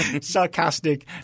sarcastic